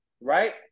right